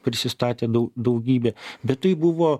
prisistatė daugybė bet tai buvo